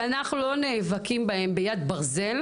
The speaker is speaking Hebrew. שאנחנו לא נאבקים בהם ביד ברזל